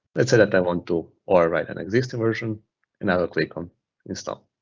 let's say that i want to overwrite an existing version and i will click on install.